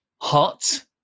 Hot